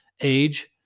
age